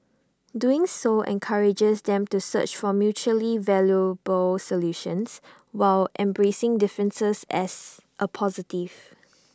doing so encourages them to search for mutually valuable solutions while embracing differences as A positive